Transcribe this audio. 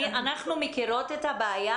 אנחנו מכירות את הבעיה,